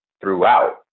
throughout